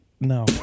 no